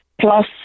Plus